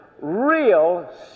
real